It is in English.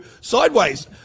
sideways